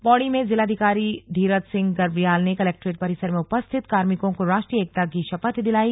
पौड़ी में जिलाधिकारी धीराज सिंह गर्बयाल ने कलेक्ट्रेट परिसर में उपस्थित कार्मिकों को राष्ट्रीय एकता की शपथ दिलाई